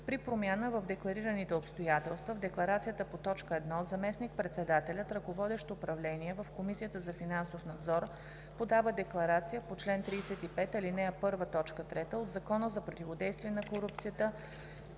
При промяна в декларираните обстоятелства в декларацията по т. 1 заместник-председателят, ръководещ управление в Комисията за финансов надзор, подава декларация по чл. 35, ал. 1, т. 3 от Закона за противодействие на корупцията